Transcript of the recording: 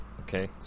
Okay